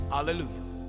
Hallelujah